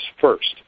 first